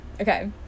okay